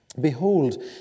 Behold